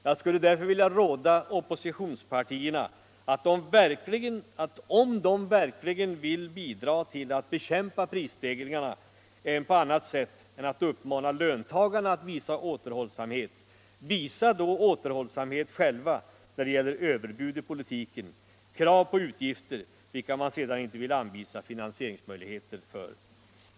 Jag skulle därför vilja råda oppositionspartierna att, om de verkligen vill bidra till att bekämpa prisstegringarna även på annat sätt än att uppmana löntagarna att visa återhållsamhet, visa återhållsamhet själva när det gäller överbud i politiken, krav på utgifter vilka man sedan inte vill anvisa finansieringsmöjligheter för!